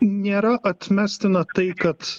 nėra atmestina tai kad